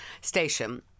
station